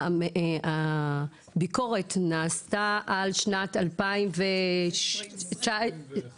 הביקורת נעשתה על שנת 2021 - 2022.